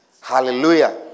hallelujah